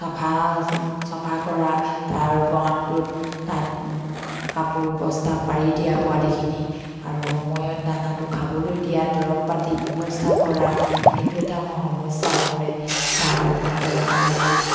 চাফা চাফা কৰা তাৰ গঁৰালটোত তাত কাপোৰ বস্তা পাৰি দিয়া পোৱালিখিনিক আৰু সময়ত দানাটো খাবলৈ দিয়া দৰৱ পাতি ব্যৱস্থা কৰা সেইটো এটা আমাৰ সমস্যা পৰে তাৰ পৰা আৰু